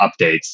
updates